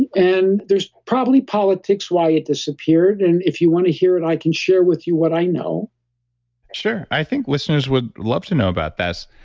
and and there's probably politics why it disappeared. and if you want to hear it, i can share with you what i know sure. i think listeners would love to know about this,